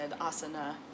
asana